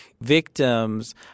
victims